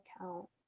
account